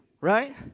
right